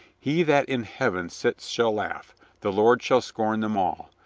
he that in heaven sits shall laugh the lord shall scorn them all.